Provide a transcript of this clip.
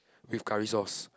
with curry sauce